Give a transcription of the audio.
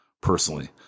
Personally